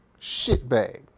shitbag